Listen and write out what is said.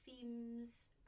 themes